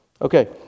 Okay